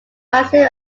massive